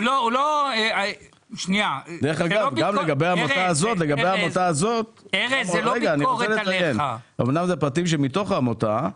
דרך אגב, אמנם אלה פרטים מתוך העמותה,